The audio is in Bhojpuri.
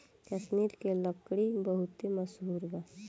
कश्मीर के लकड़ी बहुते मसहूर बा